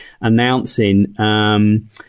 announcing –